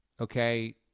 okay